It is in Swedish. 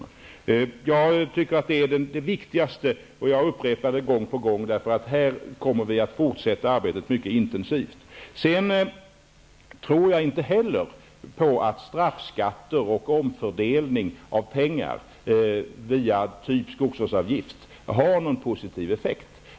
Detta är enligt min uppfattning det viktigaste, och jag upprepar det gång på gång, eftersom vi på det området kommer att fortsätta arbetet mycket intensivt. Jag tror inte heller att straffskatter och en omfördelning av pengar via exempelvis en skogsvårdsavgift har någon positiv effekt.